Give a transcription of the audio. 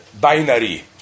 binary